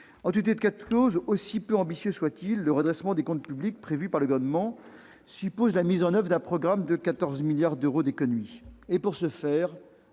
En tout état de cause, aussi peu ambitieux soit-il, le redressement des comptes publics prévu par le Gouvernement suppose la mise en oeuvre d'un programme de 14 milliards d'euros d'économies. Pour ce faire,